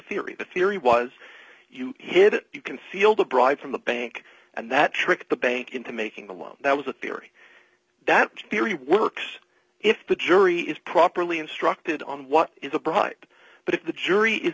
theory the theory was you hit it you can feel the drive from the bank and that tricked the bank into making the loan that was the theory that theory works if the jury is properly instructed on what is a bright but if the jury is